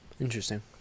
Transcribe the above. interesting